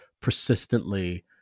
persistently